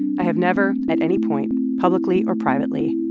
i have never, at any point, publicly or privately,